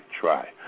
try